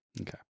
Okay